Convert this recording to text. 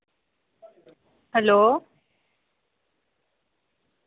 hello